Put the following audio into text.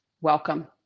welcome